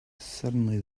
suddenly